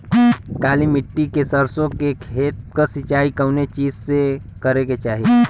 काली मिट्टी के सरसों के खेत क सिंचाई कवने चीज़से करेके चाही?